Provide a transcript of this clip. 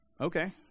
Okay